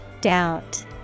Doubt